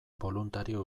boluntario